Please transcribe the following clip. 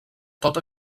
tota